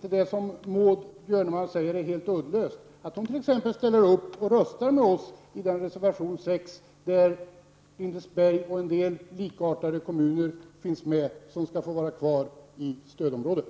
det som Maud Björnemalm säger inte är helt uddlöst, att hon t.ex. tillsammans med oss röstar på reservation 6, där vi kräver att Lindesberg och likartade kommuner skall få vara kvar i stödområden.